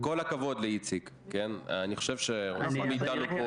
עם כל הכבוד לאיציק, אני חושב שעושים מאיתנו פה